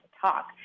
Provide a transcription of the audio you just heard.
talk